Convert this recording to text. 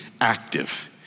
active